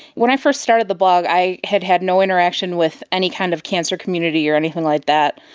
when i first started the blog i had had no interaction with any kind of cancer community or anything like that.